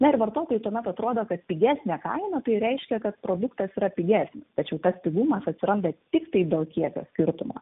na ir vartotojui tuomet atrodo kad pigesnė kaina tai reiškia kad produktas yra pigesnis tačiau tas pigumas atsiranda tiktai dėl kiekio skirtumo